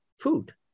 food